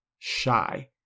shy